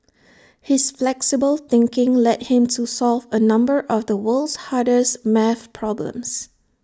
his flexible thinking led him to solve A number of the world's hardest math problems